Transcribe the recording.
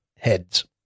Heads